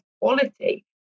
quality